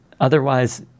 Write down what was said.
otherwise